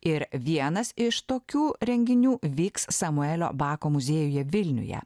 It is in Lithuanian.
ir vienas iš tokių renginių vyks samuelio bako muziejuje vilniuje